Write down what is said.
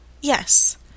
Yes